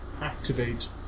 activate